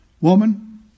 Woman